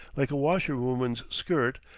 like a washerwoman's skirt,